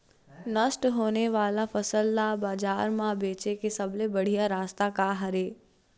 नष्ट होने वाला फसल ला बाजार मा बेचे के सबले बढ़िया रास्ता का हरे?